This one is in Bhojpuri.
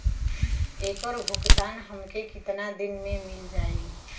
ऐकर भुगतान हमके कितना दिन में मील जाई?